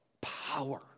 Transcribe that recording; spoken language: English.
power